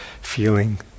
feeling